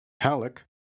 Halleck